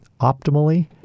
optimally